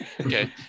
Okay